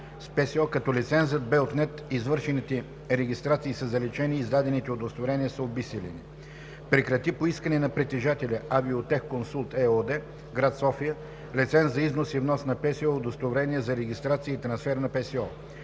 с ПСО, като лицензът бе отнет, извършените регистрации са заличени и издадените удостоверения са обезсилени; - прекрати по искане на притежателя „Авиотех консулт“ ЕООД, град София, лиценз за износ и внос на ПСО и удостоверение за регистрация и трансфер на ПСО;